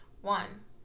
One